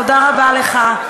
תודה רבה לך,